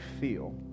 feel